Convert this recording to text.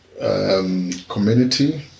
community